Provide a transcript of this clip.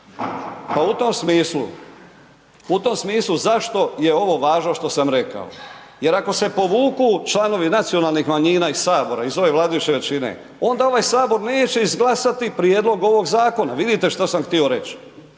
u tom smislu zašto je ovo važno što sam rekao, jer ako se povuku članovi nacionalnih manjina iz sabora iz ove vladajuće većine, onda ovaj sabor neće izglasati prijedlog ovog zakona. Vidite što sam htio reći.